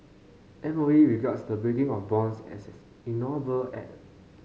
M O E regards the breaking of bonds as an ignoble act